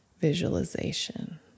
visualization